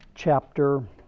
chapter